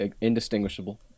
Indistinguishable